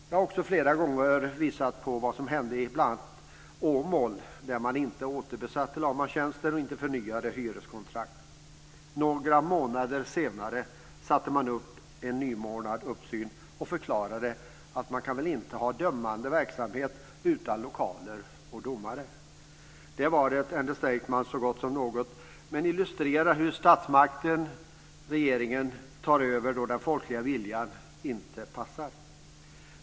Jag har också flera gånger visat på vad som hände i bl.a. Åmål, där man inte återbesatte lagmanstjänsten och inte förnyade hyreskontrakt. Några månader senare satte man upp en nymornad uppsyn och förklarade att man inte kunde ha en dömande verksamhet utan lokaler och domare. Det var ett understatement så gott som något, men illustrerar hur statsmakten och regeringen tar över när den folkliga viljan inte passar.